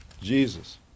Jesus